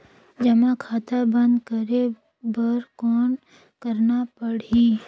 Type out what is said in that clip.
जमा खाता बंद करे बर कौन करना पड़ही?